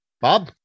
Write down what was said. Bob